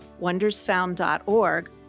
wondersfound.org